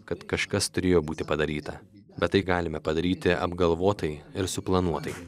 kad kažkas turėjo būti padaryta bet tai galime padaryti apgalvotai ir suplanuotai